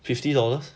fifty dollars